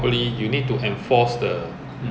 我们的车全部有 third brake light